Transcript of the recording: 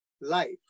life